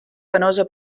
venosa